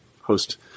host